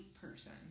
person